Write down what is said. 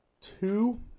two